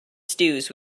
stews